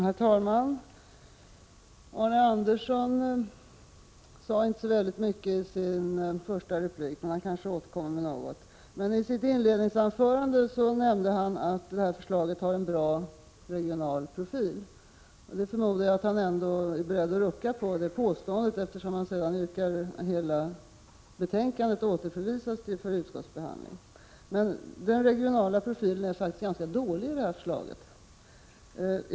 Herr talman! Arne Andersson i Gamleby sade inte så mycket i sin första replik, men han återkommer kanske. I sitt inledningsanförande nämnde han däremot att förslaget har en bra regional profil. Jag förmodar att han ändå är beredd att rucka på det påståendet, eftersom han sedan yrkar att hela betänkandet skall återförvisas för förnyad utskottsbehandling. Jag vill säga att den regionala profilen är ganska dålig i detta förslag.